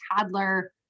toddler